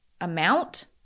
amount